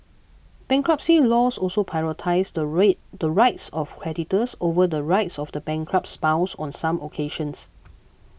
bankruptcy laws also prioritise the read rights of creditors over the rights of the bankrupt's spouse on some occasions